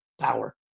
power